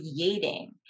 creating